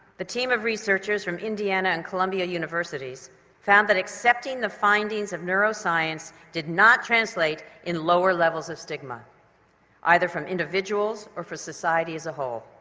the team of researchers from indiana and columbia universities found that accepting the findings of neuroscience did not translate in lower levels of stigma either from individuals or for society as a whole.